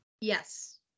Yes